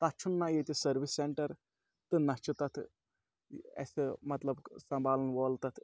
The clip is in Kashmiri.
تَتھ چھُنہٕ نہ ییٚتہِ سٔروِس سٮ۪نٹَر تہٕ نہ چھِ تَتھ اَسہِ مطلب سنبھالَن وول تَتھ